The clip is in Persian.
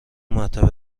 مطب